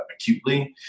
acutely